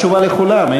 תשובה לכולם.